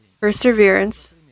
perseverance